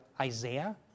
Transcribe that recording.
Isaiah